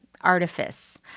artifice